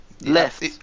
left